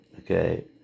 Okay